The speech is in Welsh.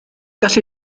gallu